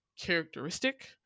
characteristic